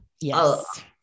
Yes